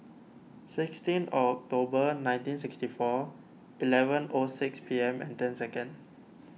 sixteen October nineteen sixty four eleven O six P M and ten second